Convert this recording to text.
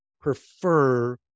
prefer